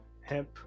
hemp